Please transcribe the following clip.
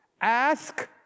ask